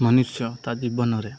ମନୁଷ୍ୟ ତା ଜୀବନରେ